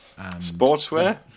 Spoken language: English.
sportswear